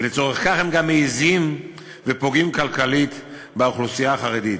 ולצורך כך הם גם מעזים ופוגעים כלכלית באוכלוסייה החרדית.